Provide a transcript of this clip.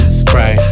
spray